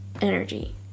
energy